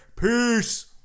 Peace